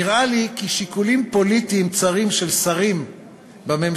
נראה לי כי שיקולים פוליטיים צרים של שרים בממשלה,